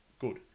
good